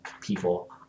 people